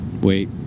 wait